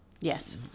yes